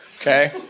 okay